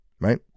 right